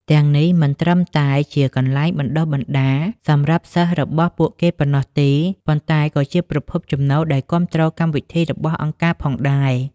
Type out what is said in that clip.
ទាំងនេះមិនត្រឹមតែជាកន្លែងបណ្តុះបណ្តាលសម្រាប់សិស្សរបស់ពួកគេប៉ុណ្ណោះទេ ប៉ុន្តែក៏ជាប្រភពចំណូលដែលគាំទ្រកម្មវិធីរបស់អង្គការផងដែរ ។